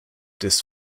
des